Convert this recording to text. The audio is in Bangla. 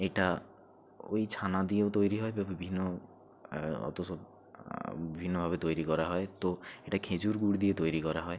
এটা ওই ছানা দিয়েও তৈরি হয় বা বিভিন্ন অত সব ভিন্নভাবে তৈরি করা হয় তো এটা খেজুর গুড় দিয়ে তৈরি করা হয়